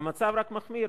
המצב רק מחמיר.